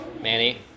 Manny